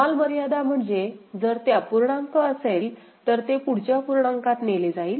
कमाल मर्यादा म्हणजे जर ते अपूर्णांक असेल तर ते पुढच्या पूर्णांकात नेले जाईल